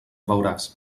veuràs